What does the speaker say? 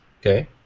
Okay